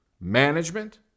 Management